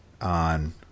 on